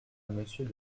monsieur